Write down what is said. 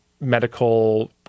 medical